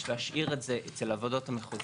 יש להשאיר את זה אצל הוועדות המחוזיות,